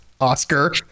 oscar